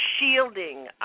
shielding